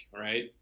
Right